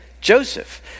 Joseph